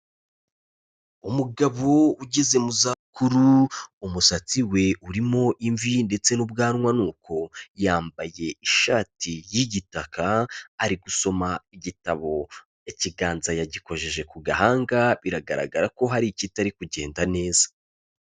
Umugabo ugeze mu zabukuru umusatsi we urimo imvi ndetse n'ubwanwa ni uko, yambaye ishati y'igitaka ari gusoma igitabo, ikiganza yagikojeje ku gahanga biragaragara ko hari ikitari kugenda neza.